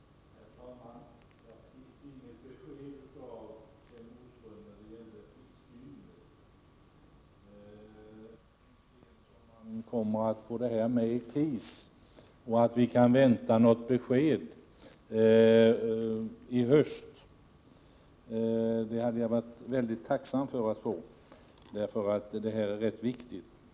Herr talman! Jag fick inget besked av Kjell Nordström när det gäller fiskyngel, inte ens om den frågan kommer att behandlas av KIS och om något besked kan väntas i höst. Det hade jag varit väldigt tacksam för att få, för det här är rätt viktigt.